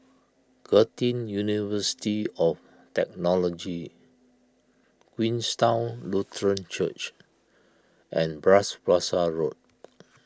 Curtin University of Technology Queenstown Lutheran Church and Bras Basah Road